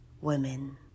women